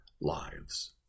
lives